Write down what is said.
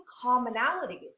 commonalities